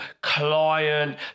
client